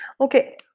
Okay